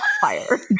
fire